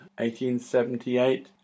1878